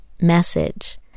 message